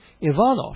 Ivanov